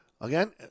Again